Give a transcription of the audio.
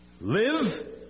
Live